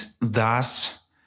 thus